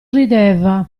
rideva